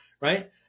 right